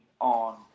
on